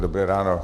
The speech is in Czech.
Dobré ráno.